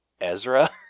Ezra